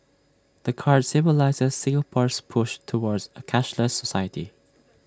the card symbolises Singapore's push towards A cashless society